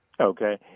Okay